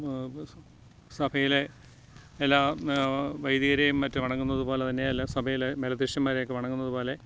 സഭയിലെ എല്ലാ വൈദികരേയും മറ്റും വണങ്ങുന്നതു പോലെ തന്നെ എല്ലാ സഭയിലെ മേലദ്യക്ഷ ന്മാരെയൊക്കെ വണങ്ങുന്നതുപോലെ